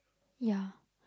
ya